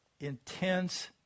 intense